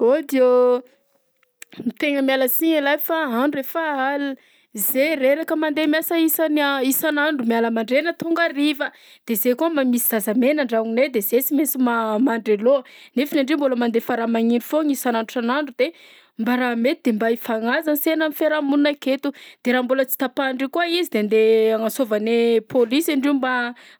Aody ô! Tegna miala siny lah fa andro efa alina, zahay reraka mandeha miasa isan'ia- isan'andro miala mandraina tonga hariva de zahay koa mba misy zazamena an-dragnonay de zahay sy mainsy ma- mandry aloha nefany andrio mbola mandefa raha magneno foagna isan'andro isan'andro de mba raha mety de mba hifagnaja ansena am'fiarahamonina aketo de raha mbola tsy tapahindrio koa izy de andeha hagnantsovanay police andrio mba